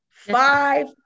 Five